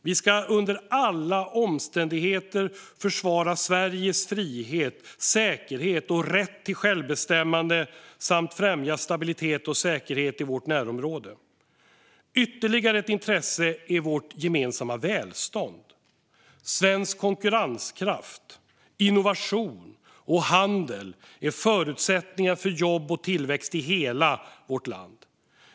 Vi ska under alla omständigheter försvara Sveriges frihet, säkerhet och rätt till självbestämmande samt främja stabilitet och säkerhet i vårt närområde. Ytterligare ett intresse är vårt gemensamma välstånd. Svensk konkurrenskraft, innovation och handel är förutsättningar för jobb och tillväxt i hela vårt land.